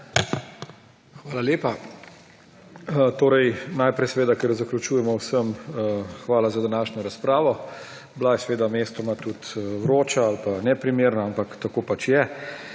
Hvala lepa. Najprej seveda, ker zaključujemo, vsem hvala za današnjo razpravo. Bila je seveda mestoma tudi vroča ali pa neprimerna, ampak tako pač je.